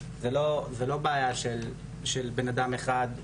זה לא בעיה של בנאדם אחד,